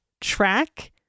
track